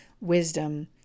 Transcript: wisdom